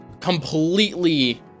completely